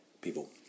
people